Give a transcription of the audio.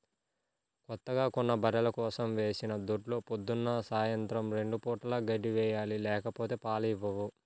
కొత్తగా కొన్న బర్రెల కోసం వేసిన దొడ్లో పొద్దున్న, సాయంత్రం రెండు పూటలా గడ్డి వేయాలి లేకపోతే పాలు ఇవ్వవు